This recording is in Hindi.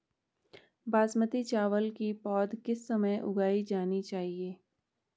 बासमती चावल की पौध किस समय उगाई जानी चाहिये?